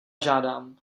žádám